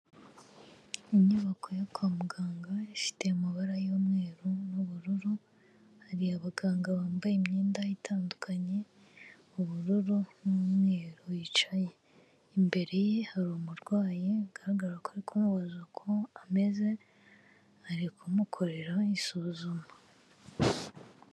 Inyubako yo kwa muganga, ifite amabara y'umweru n'ubururu, hari abaganga bambaye imyenda itandukanye, ubururu n'umweru wicaye. Imbere ye hari umurwayi, bigaragara ko ari kumubaza uko ameze, ari kumukorera isuzuma.